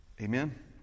Amen